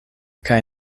kaj